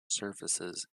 surfaces